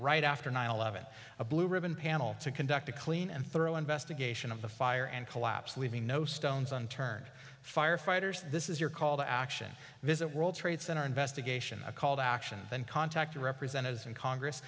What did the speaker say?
right after nine eleven a blue ribbon panel to conduct a clean and thorough investigation of the fire and collapse leaving no stone unturned firefighters this is your call to action visit world trade center investigation a call to action and contact your representatives in congress